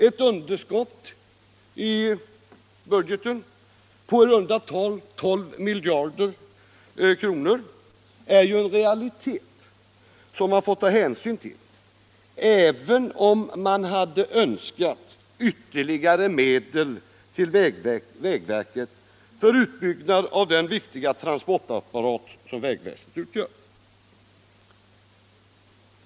Ett underskott i budgeten på i runda tal 12 miljarder kronor är ju en realitet som man får ta hänsyn till även om man hade önskat ytterligare medel till vägverket för utbyggnad av den viktiga transportapparat som vägverket utgör.